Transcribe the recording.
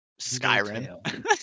Skyrim